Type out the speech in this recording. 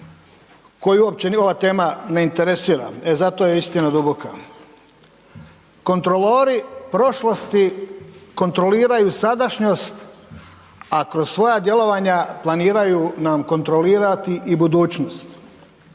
koju uopće ni ova tema ne interesira, e zato je istina duboka. Kontrolori prošlosti kontroliraju sadašnjost, a kroz svoja djelovanja planiraju nam kontrolirati i budućnost.